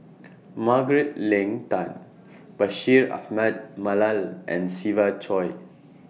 Margaret Leng Tan Bashir Ahmad Mallal and Siva Choy